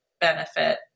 benefit